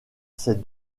ces